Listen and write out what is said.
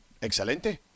Excelente